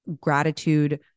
gratitude